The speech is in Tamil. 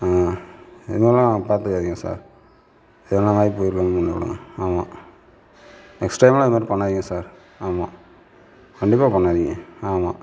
இது மாதிரிலாம் நாங்கள் பார்த்தது அதிகம் சார் எதனால் ஆயி போயிருங்க ஆமாம் நெக்ஸ்ட் டைம்லாம் இது மாதிரி பண்ணாதீங்க சார் ஆமாம் கண்டிப்பாக பண்ணாதீங்க ஆமாம்